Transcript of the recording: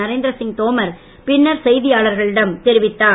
நரேந்திர சிங் தோமார் பின்னர் செய்தியாளர்களிடம் தெரிவித்தார்